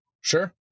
Sure